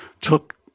took